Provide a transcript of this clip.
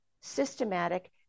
systematic